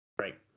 Right